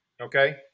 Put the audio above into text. okay